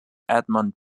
edmund